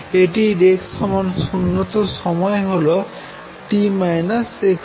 এটির x 0 তে সময় হল t - xv